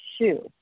shoe